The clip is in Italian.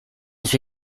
sue